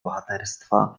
bohaterstwa